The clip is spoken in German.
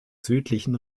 südlichen